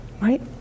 Right